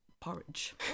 porridge